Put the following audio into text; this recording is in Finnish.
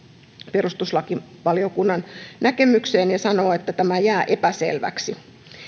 perustuslakivaliokunnan näkemykseen ja sanoo että tämä jää epäselväksi